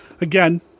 again